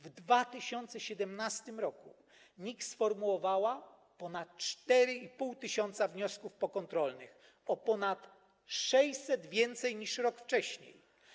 W 2017 r. NIK sformułowała ponad 4,5 tys. wniosków pokontrolnych, o ponad 600 więcej niż rok wcześniej.